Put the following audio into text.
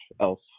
else